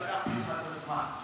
אדוני, שלקחתי לך את הזמן.